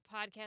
podcast